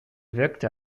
wirkte